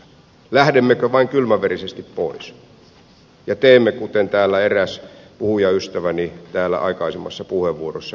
lähdemmekö vain kylmäverisesti pois ja teemme kuten täällä eräs puhujaystäväni aikaisemmassa puheenvuorossa viittasi